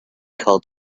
called